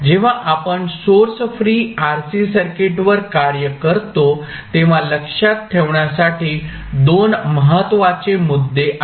जेव्हा आपण source free RC सर्किटवर कार्य करतो तेव्हा लक्षात ठेवण्यासाठी दोन महत्वाचे मुद्दे आहेत